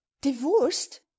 Divorced